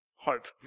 Hope